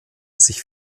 sich